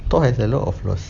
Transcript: thor has a lot of flaws